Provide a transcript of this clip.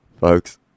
Folks